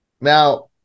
Now